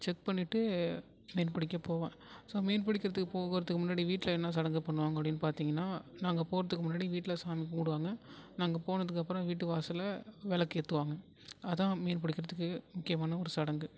check பண்ணிட்டு மீன் பிடிக்கப் போவேன் ஸோ மீன் பிடிக்கிறதுக்கு போகிறதுக்கு முன்னாடி வீட்டில என்ன சடங்கு பண்ணுவாங்கள் அப்படினு பார்த்திங்னா நாங்கள் போகிறதுக்கு முன்னாடி வீட்டில சாமி கும்பிடுவாங்க நாங்கள் போனதுக்கு அப்புறம் வீட்டு வாசல்ல விளக்கேத்துவாங்கள் அதுதான் மீன்பிடிக்கிறதுக்கு முக்கியமான ஒரு சடங்கு